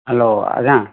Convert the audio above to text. hello ଆଜ୍ଞା